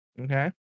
Okay